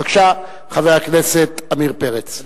חבר הכנסת עמיר פרץ, בבקשה.